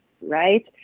Right